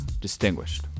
Distinguished